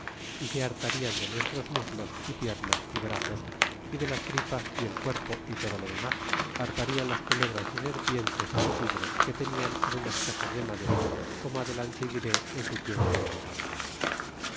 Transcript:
é se hartarían de nuestros muslos y piernas y brazos y de las tripas y el cuerpo y todo lo demas hartarian las culebras y serpientes é tigres que tenia en unas casas de madera como adelante diré en su tiempo y lugar